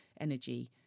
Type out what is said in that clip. energy